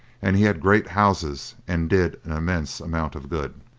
and he had great houses and did an immense amount of good.